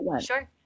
Sure